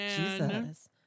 Jesus